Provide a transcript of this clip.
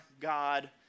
God